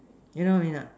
you know what I mean or not